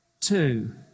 Two